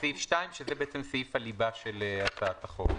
סעיף 2, שזה בעצם סעיף הליבה של הצעת החוק.